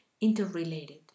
interrelated